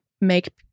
make